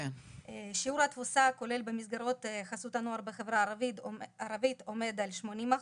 שיעור התפוסה הכולל במסגרות חסות הנוער בחברה הערבית עומד על 80%,